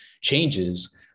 changes